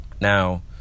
Now